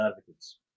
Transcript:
advocates